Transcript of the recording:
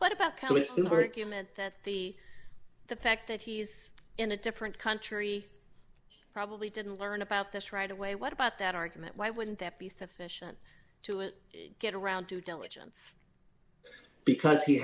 that the the fact that he is in a different country probably didn't learn about this right away what about that argument why wouldn't that be sufficient to an get around to diligence because